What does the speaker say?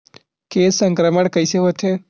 के संक्रमण कइसे होथे?